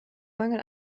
mangel